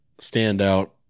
standout